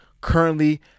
currently